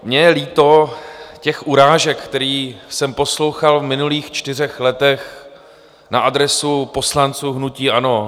Mně je líto těch urážek, které jsem poslouchal v minulých čtyřech letech na adresu poslanců hnutí ANO.